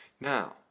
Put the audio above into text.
Now